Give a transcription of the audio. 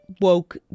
woke